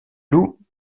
loups